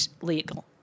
legal